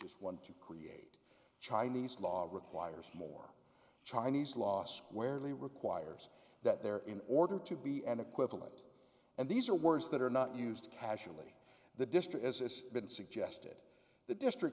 is one to create chinese law requires more chinese law squarely requires that there in order to be an equivalent and these are words that are not used casually the district as it's been suggested the district